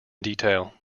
detail